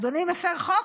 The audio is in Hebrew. אדוני מפר חוק?